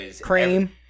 Cream